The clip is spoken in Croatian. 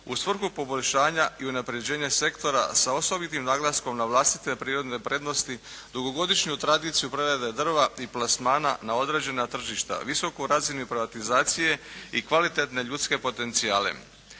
u svrhu poboljšanja i unaprjeđenje sektora sa osobitim naglaskom na vlastite prirodne prednosti, dugogodišnju tradiciju prerade drva i plasmana na određena tržišta, visku razinu privatizacije i kvalitetne ljudske potencijale.